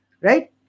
Right